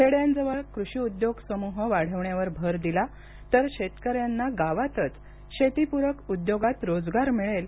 खेड्यांजवळ कृषी उद्योग समूह वाढवण्यावर भर दिला तर शेतकऱ्यांना गावातच शेतीपूरक उद्योगात रोजगार मिळेल